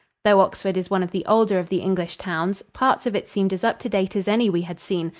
though oxford is one of the older of the english towns, parts of it seemed as up-to-date as any we had seen,